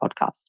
Podcast